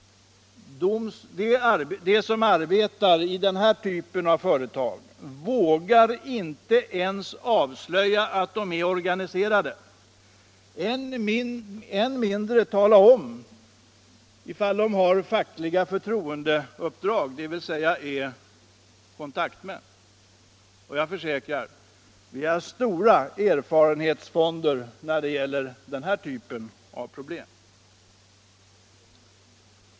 De som arbetar i den här typen av företag vågar inte ens avslöja att de är organiserade, än mindre tala om ifall de har fackliga förtroendeuppdrag, dvs. är kontaktmän. Jag försäkrar: Vi har stora erfarenhetsfonder när det gäller den här typen av problem.